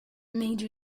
made